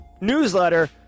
newsletter